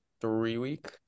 three-week